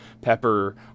Pepper